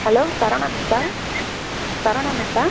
hello Saravana மெஸ்சா சரவணா மெஸ்சா